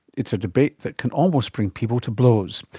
it's a debate that can almost bring people to blows.